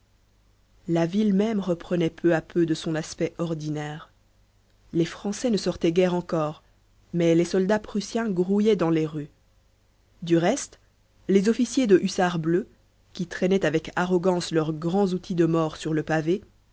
la ville même reprenait peu à peu de son aspect ordinaire les français ne sortaient guère encore mais les soldats prussiens grouillaient dans les rues du reste les officiers de hussards bleus qui traînaient avec arrogance leurs grands outils de mort sur le pavé